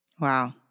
Wow